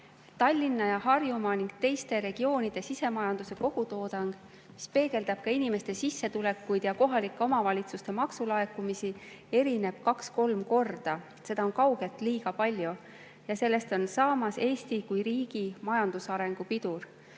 Tallinna ja Harjumaa ning teiste regioonide sisemajanduse kogutoodang, mis peegeldab ka inimeste sissetulekuid ja kohalike omavalitsuste maksulaekumisi, erineb kaks-kolm korda. Seda on kaugelt liiga palju ja sellest on saamas Eesti kui riigi majandusarengu pidur.